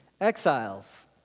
Exiles